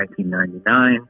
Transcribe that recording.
1999